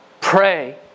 pray